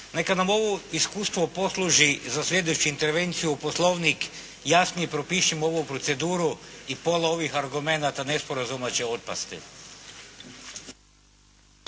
Neka nam ovo iskustvo posluži za slijedeću intervenciju u Poslovnik, jasnije propišemo ovu proceduru i pola ovih argumenata nesporazume će otpasti.